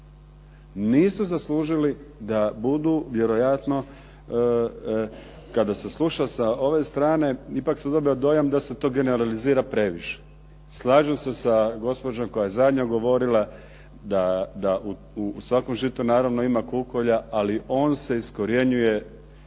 Nisu zaslužili da budu vjerojatno, kada se sluša sa ove strane ipak se dobija dojam da se to generalizira previše. Slažem se sa gospođom koja je zadnja govorila da u svakom žitu naravno ima kukolja, ali on se iskorjenjuje